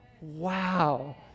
wow